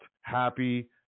Happy